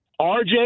RJ